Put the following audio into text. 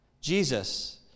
Jesus